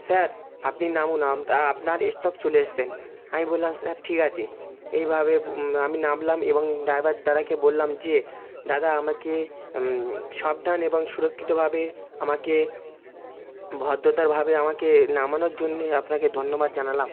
sir আপনি নামুন আপনার স্টপ চলে এসছেন আমি বললাম স্যার ঠিক আছে এইভাবে আমি নামলাম এবং ড্রাইভার দাদাকে বললাম যে দাদা আমাকে সবধান এবং সুরক্ষিতভাবে আমাকে ভদ্রতাভাবে আমাকে নামানোর জন্যে আপনাকে ধন্যবাদ জানালাম